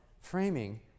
framing